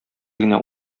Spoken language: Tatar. генә